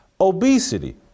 Obesity